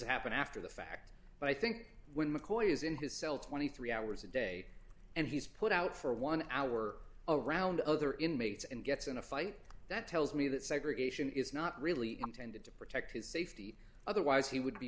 happen after the fact but i think when mccoy is in his cell twenty three hours a day and he's put out for one hour around other inmates and gets in a fight that tells me that segregation is not really intended to protect his safety otherwise he would be